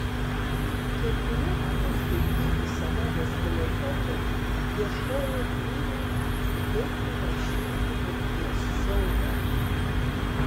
kai kurie mano skaityti senovės filosofai ieškojo būdų kaip numalšinti mirties siaubą